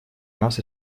нас